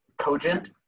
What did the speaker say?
cogent